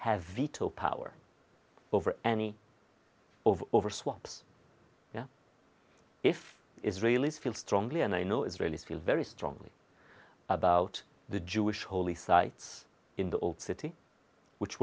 have veto power over any of over swaps if israelis feel strongly and i know israelis feel very strongly about the jewish holy sites in the old city which